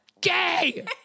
Gay